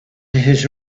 his